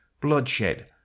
bloodshed